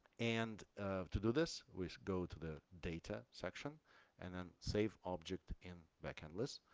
and to do this, we go to the data section and then save object in backendless.